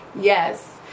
Yes